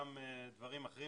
גם דברים אחרים.